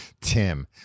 Tim